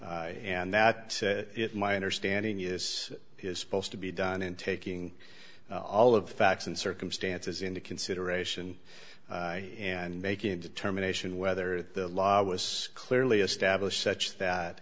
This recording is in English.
amendment and that my understanding is is supposed to be done in taking all of the facts and circumstances into consideration and making a determination whether the law was clearly established such that